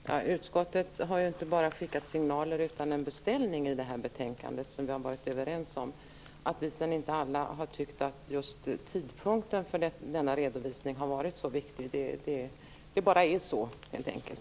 Herr talman! Utskottet har inte bara skickat signaler, utan en beställning i det här betänkandet. Den har vi har varit överens om. Sedan har inte alla tyckt att just tidpunkten för denna redovisning har varit så viktig. Så är det bara, helt enkelt.